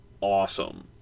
awesome